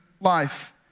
life